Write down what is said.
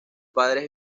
padres